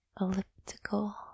elliptical